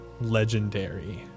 legendary